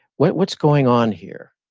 what's going on here?